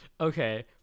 Okay